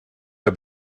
der